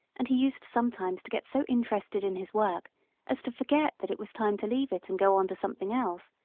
and he used sometimes to get so interested in his work as to forget that it was time to leave it and go on to something else,